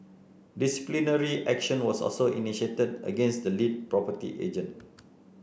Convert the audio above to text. disciplinary action was also initiated against the lead property agent